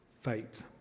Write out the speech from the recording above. fate